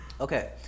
okay